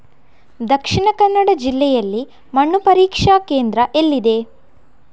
ದಕ್ಷಿಣ ಕನ್ನಡ ಜಿಲ್ಲೆಯಲ್ಲಿ ಮಣ್ಣು ಪರೀಕ್ಷಾ ಕೇಂದ್ರ ಎಲ್ಲಿದೆ?